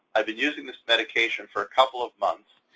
i've been using this medication for a couple of months,